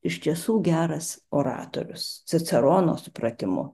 iš tiesų geras oratorius cicerono supratimu